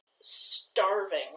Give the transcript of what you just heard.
starving